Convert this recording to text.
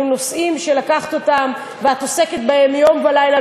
אלו נושאים שלקחת אותם ואת עוסקת בהם יום ולילה,